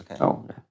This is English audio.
Okay